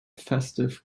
festive